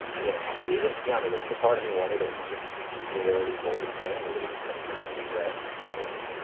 you know, he didn't tell me this, but part of me wondered if he just had already told his family that he was coming down in the jet. and,